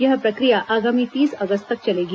यह प्रक्रिया आगामी तीस अगस्त तक चलेगी